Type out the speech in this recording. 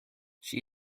she